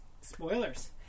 Spoilers